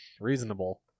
reasonable